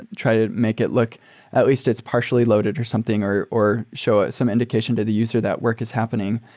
try to make it look at least it's partially loaded or something or or show it some indication to the user that work is happening.